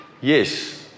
yes